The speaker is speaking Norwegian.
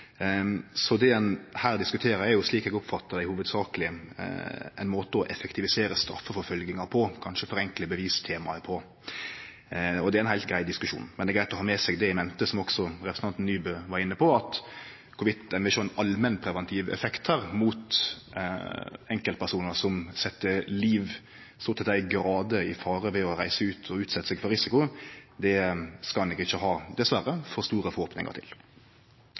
Så det ein her diskuterer, er slik eg oppfattar det hovudsakeleg ein måte å effektivisere straffeforfølginga på, og kanskje forenkle bevistemaet på, og det er ein heilt grei diskusjon. Men det er greitt å ha med seg det i mente – som også representanten Nybø var inne på – at å få sjå ein allmennpreventiv effekt her mot enkeltpersonar som set liv så til dei grader i fare ved å reise ut og utsetje seg for risiko, det skal ein nok – dessverre – ikkje har for store forhåpningar til.